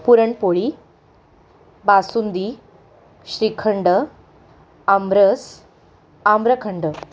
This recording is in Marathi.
पुरणपोळी बासुंदी श्रीखंड आमरस आम्रखंड